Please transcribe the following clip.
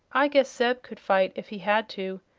i guess zeb could fight if he had to.